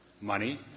Money